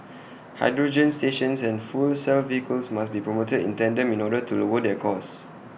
hydrogen stations and fuel cell vehicles must be promoted in tandem in order to lower their cost